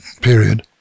period